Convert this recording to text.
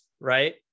right